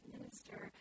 Minister